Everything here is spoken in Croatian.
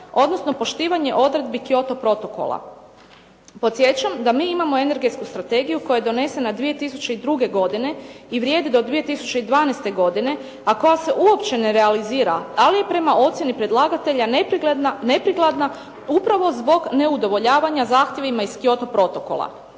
odnosno poštivanje odredbi Kyoto protokola. Podsjećam da mi imamo energetsku strategiju koja je donesena 2002. godine i do vrijedi do 2012. godine, a koja se uopće ne realizira ali je prema ocjeni predlagatelja neprikladna upravo zbog neudovoljavanja zahtjevima iz Kyoto protokola.